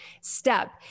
step